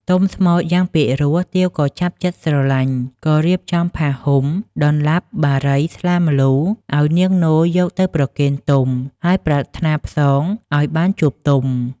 ទុំស្មូត្រយ៉ាងពិរោះទាវក៏ចាប់ចិត្តស្រឡាញ់ ក៏រៀបចំផាហ៊ុម ដន្លាប់ បារី ស្លា ម្លូឲ្យនាងនោយកទៅប្រគេនទុំ ហើយប្រាថ្នាផ្សងឲ្យបានជួបទុំ។